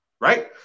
right